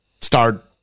start